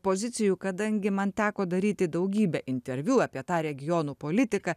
pozicijų kadangi man teko daryti daugybę interviu apie tą regionų politiką